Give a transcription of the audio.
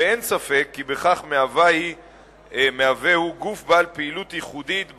ואין ספק כי בכך מהווה הוא גוף בעל פעילות ייחודית,